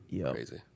crazy